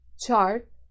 chart